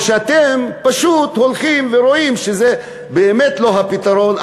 או שאתם פשוט הולכים ורואים שזה באמת לא הפתרון,